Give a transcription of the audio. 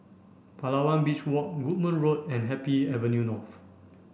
Palawan Beach Walk Goodman Road and Happy Avenue North